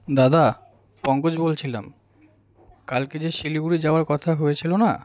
দাদা পঙ্কজ বলছিলাম কালকে যে শিলিগুড়ি যাওয়ার কথা হয়েছিল না